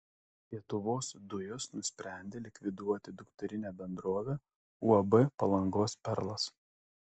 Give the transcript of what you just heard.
lietuvos dujos nusprendė likviduoti dukterinę bendrovę uab palangos perlas